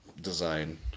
design